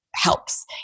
helps